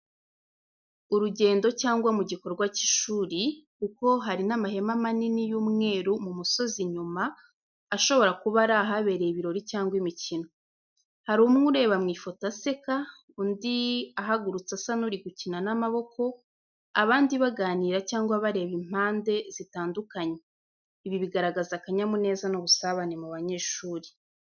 Urugendo cyangwa mu gikorwa cy’ishuri, kuko hari n’amahema manini y’umweru mu musozi inyuma, ashobora kuba ari ahabereye ibirori cyangwa imikino. Hari umwe ureba mu ifoto aseka, undi ahagurutse asa n’uri gukina n’amaboko, abandi baganira cyangwa bareba impande zitandukanye. Ibi bigaragaza akanyamuneza n’ubusabane mu banyeshuri.